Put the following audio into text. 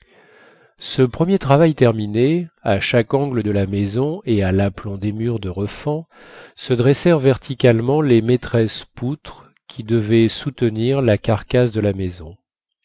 ce premier travail terminé à chaque angle de la maison et à l'aplomb des murs de refend se dressèrent verticalement les maîtresses poutres qui devaient soutenir la carcasse de la maison